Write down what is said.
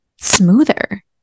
smoother